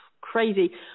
crazy